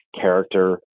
character